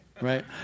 right